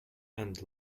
and